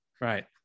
right